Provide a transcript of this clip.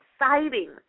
exciting